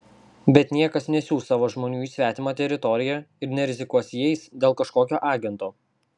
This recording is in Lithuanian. bet niekas nesiųs savo žmonių į svetimą teritoriją ir nerizikuos jais dėl kažkokio agento